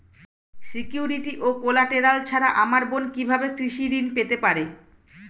Security ও collateral ছাড়া আমার বোন কিভাবে কৃষি ঋন পেতে পারে?